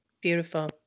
Beautiful